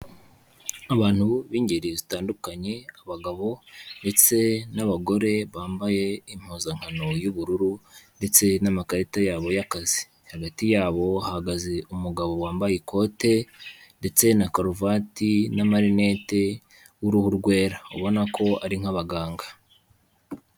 Abantu b'ingeri zitandukanye, abagabo ndetse n'abagore bambaye impuzankano y'ubururu, ndetse n'amakarita yabo y'akazi, hagati yabo hahagaze umugabo wambaye ikote, ndetse na karuvati, n'amarinete, w'uruhu rwera, ubona ko ari nk'abaganga.